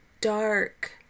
dark